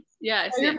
yes